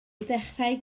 ddechrau